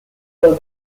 will